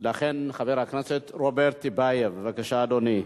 לכן, חבר הכנסת רוברט טיבייב, בבקשה, אדוני.